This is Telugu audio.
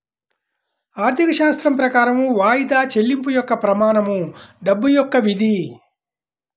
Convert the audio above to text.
ఆర్థికశాస్త్రం ప్రకారం వాయిదా చెల్లింపు యొక్క ప్రమాణం డబ్బు యొక్క విధి